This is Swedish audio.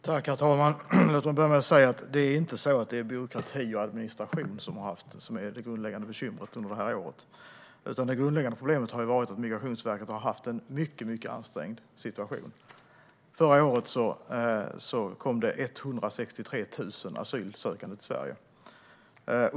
Herr talman! Låt mig börja med att säga att det inte är byråkrati och administration som har varit det grundläggande bekymret under det här året, utan det grundläggande problemet har varit att Migrationsverket har haft en mycket ansträngd situation. Förra året kom det 163 000 asylsökande till Sverige.